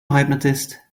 hypnotist